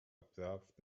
observed